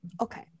Okay